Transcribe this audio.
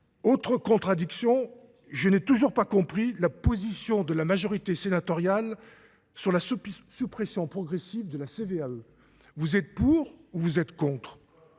Autre contradiction, je n'ai toujours pas compris la position de la majorité sénatoriale sur la suppression progressive de la CVAE. Vous êtes pour ou vous êtes contre ?